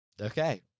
Okay